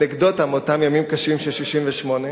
אנקדוטה מאותם ימים קשים של 1968,